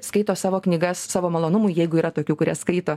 skaito savo knygas savo malonumui jeigu yra tokių kurie skaito